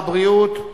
שר הבריאות.